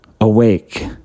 awake